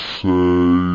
say